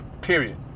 period